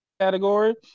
category